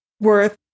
worth